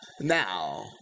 Now